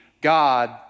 God